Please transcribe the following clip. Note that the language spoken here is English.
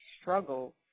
struggle